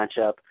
matchup